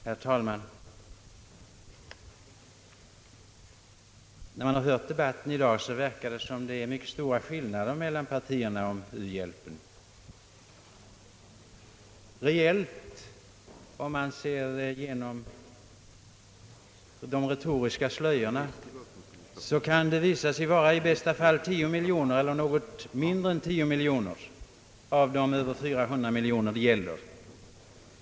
Herr talman! När man har hört debatten i dag förefaller det som om det är mycket stora skillnader mellan partierna när det gäller u-hjälpen. Reellt — om man ser genom de retoriska slöjorna — kan det dock visa sig vara i bästa fall 10 miljoner kronor som skiljer, eller något mindre, av de över 400 miljoner kronor det här gäller.